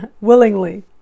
willingly